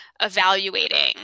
evaluating